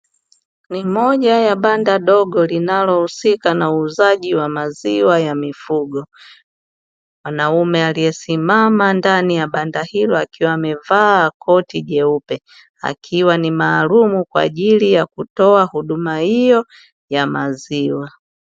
Ni moja ya banda dogo linalohusika na uuzaji wa maziwa ya mifugo, mwanaume aliyesimama ndani ya banda hilo akiwa amevaa koti jeupe akiwa ni maalumu kwa ajili ya kutoa huduma hiyo ya maziwa.